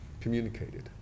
communicated